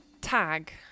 tag